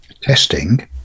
testing